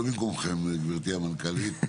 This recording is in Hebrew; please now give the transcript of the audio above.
לא במקומכם גבירתי המנכ"לית,